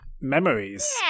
Memories